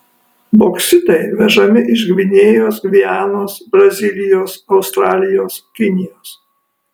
boksitai vežami iš gvinėjos gvianos brazilijos australijos kinijos